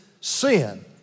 sin